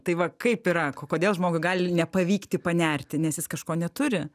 tai va kaip yra k kodėl žmogui gali nepavykti panerti nes jis kažko neturi